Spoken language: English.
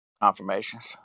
Confirmations